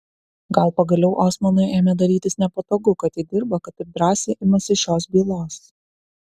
gal pagaliau osmanui ėmė darytis nepatogu kad ji dirba kad taip drąsiai imasi šios bylos